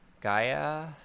Gaia